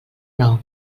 nou